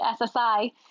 SSI